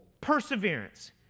Perseverance